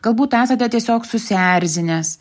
galbūt esate tiesiog susierzinęs